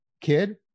kid